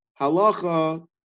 halacha